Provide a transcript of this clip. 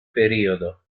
periodo